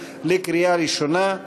לקריאה ראשונה,